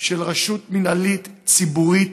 של רשות מינהלית ציבורית